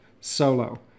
solo